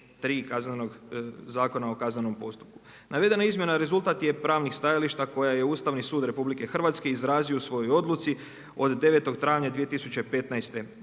3. Zakona o kaznenom postupku. Navedena izmjena rezultat je pravnih stajališta koja je Ustavni sud RH izrazio u svojoj odluci od 9. travnja 2015.